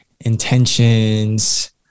intentions